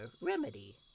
remedy